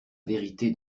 vérité